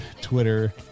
Twitter